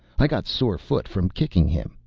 i got sore foot from kicking him.